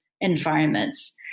environments